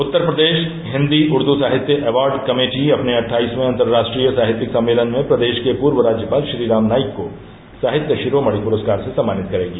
उत्तर Pradesh Hindi Urdu award एवार्ड कमेटी अपने अट्ठाईसवें अन्तर्राष्ट्रीय साहित्यिक सम्मेलन में प्रदेश के पूर्व राज्यपाल श्री राम नाईक को साहित्य शिरोमणि पुस्कार से सम्मानित करेगी